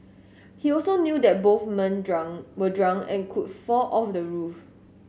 he also knew that both men drunk were drunk and could fall off the roof